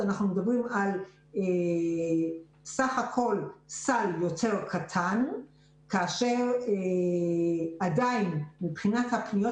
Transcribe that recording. אנחנו מדברים על בסך הכול סל יותר קטן כאשר עדיין מבחינת הפניות